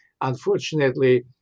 unfortunately